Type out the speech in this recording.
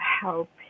help